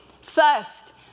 first